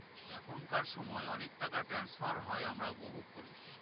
এখনকার সময় অনেক টাকা ট্রান্সফার হয় আমরা উপভোগ করি